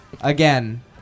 again